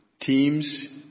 teams